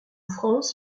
france